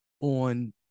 on